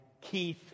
Keith